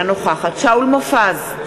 אינה נוכחת שאול מופז,